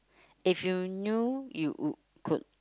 if you knew you could